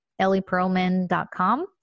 ellieperlman.com